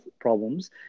problems